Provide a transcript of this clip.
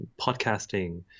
podcasting